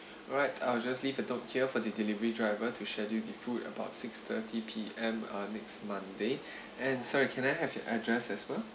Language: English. alright I'll just leave it up here for the delivery driver to schedule the food about six-thirty P_M uh next monday and sorry can I have your address as well